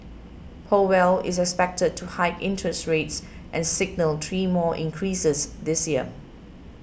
Powell is expected to hike interest rates and signal three more increases this year